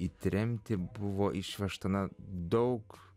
į tremtį buvo išvežta daug